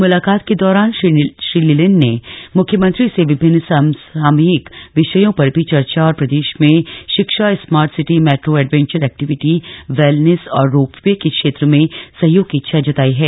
मुलाकात के दौरान श्री लिनेन से मुख्यमंत्री से विभिन्न समसामयिक विषयो पर भी चर्चा और प्रदेश में शिक्षा smart city metro adventure activity wellness और रोपवे के क्षेत्र में सहयोग की इच्छा जताई है